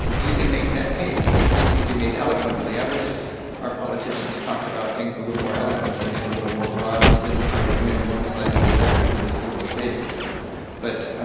you can make that case, but it needs to be made eloquently. i wish our politicians talked about things a little more eloquently, and a little more broad, instead of trying to win one slice of the electorate in this little state. you know but,